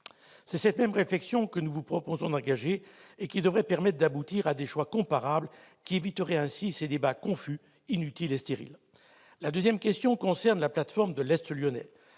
C'est cette même réflexion que nous vous proposons d'engager : elle devrait permettre d'aboutir à des choix comparables, qui éviteraient ces débats confus, inutiles et stériles. Ma seconde question concerne la plateforme de l'est lyonnais.